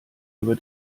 über